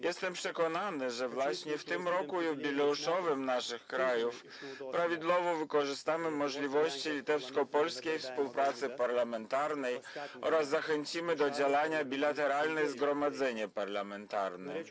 Jestem przekonany, że właśnie w tym roku jubileuszowym dla naszych krajów prawidłowo wykorzystamy możliwości litewsko-polskiej współpracy parlamentarnej oraz zachęcimy do działania bilateralne zgromadzenie parlamentarne.